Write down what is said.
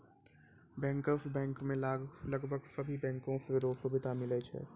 bankers bank मे लगभग सभे बैंको रो सुविधा मिलै छै